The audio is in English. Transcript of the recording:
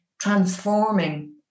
transforming